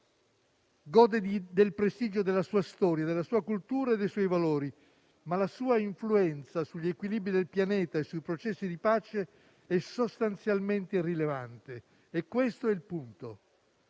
gode del prestigio della sua storia, della sua cultura e dei suoi valori, ma la sua influenza sugli equilibri del pianeta e sui processi di pace è sostanzialmente irrilevante. Questo è il punto: